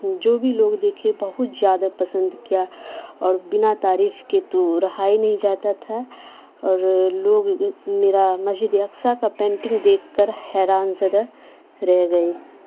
جو بھی لوگ دیکھے بہت زیادہ پسند کیا اور بنا تعریف کے تو رہا ہی نہیں جاتا تھا اور لوگ میرا مسجد اقصی کا پینٹنگ دیکھ کر حیران زدہ رہ گئی